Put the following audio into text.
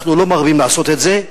אנחנו לא מרבים לעשות את זה,